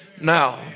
Now